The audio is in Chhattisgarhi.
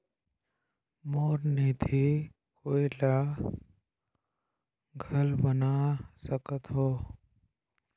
मोर निधि कोई ला घल बना सकत हो?